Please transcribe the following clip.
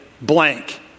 blank